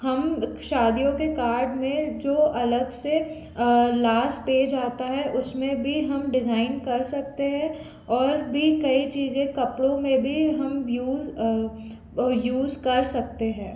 हम शादियों के कार्ड में जो अलग से लास्ट पेज आता है उसमें भी हम डिजाइन कर सकते है और भी कई चीज़ें कपड़ों में भी हम यूज कर सकते हैं